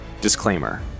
Disclaimer